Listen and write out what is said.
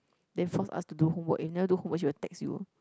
then force us to do homework if never do homework she will text you